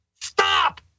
Stop